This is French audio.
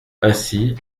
ainsi